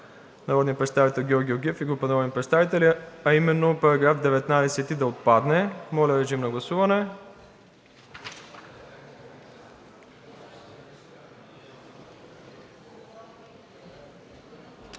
народния представител Георги Георгиев и група народни представители, а именно § 19 да отпадне. Моля, режим на гласуване.